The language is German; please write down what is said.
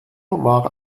war